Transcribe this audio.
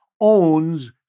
owns